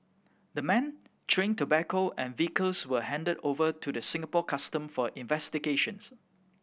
the men chewing tobacco and vehicles were handed over to the Singapore Custom for investigations